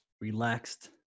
Relaxed